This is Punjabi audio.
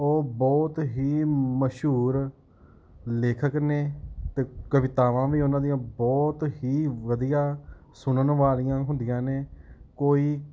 ਉਹ ਬਹੁਤ ਹੀ ਮਸ਼ਹੂਰ ਲੇਖਕ ਨੇ ਅਤੇ ਕਵਿਤਾਵਾਂ ਵੀ ਉਹਨਾਂ ਦੀਆਂ ਬਹੁਤ ਹੀ ਵਧੀਆ ਸੁਣਨ ਵਾਲੀਆਂ ਹੁੰਦੀਆਂ ਨੇ ਕੋਈ